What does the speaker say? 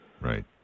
Right